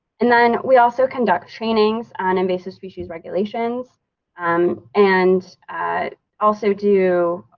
and then we also conduct trainings on invasive species regulations um and also do,